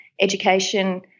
education